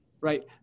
right